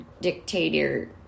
dictator